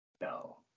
No